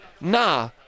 nah